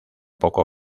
poco